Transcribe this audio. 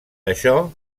això